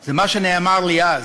זה מה שנאמר לי אז: